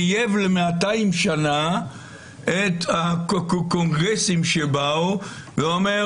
חייב ל-200 שנה את הקונגרסים שבאו ואומר